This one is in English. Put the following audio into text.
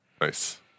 Nice